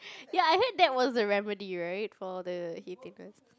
ya I heard that was the remedy right for the heatiness